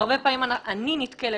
והרבה פעמים אני נתקלת,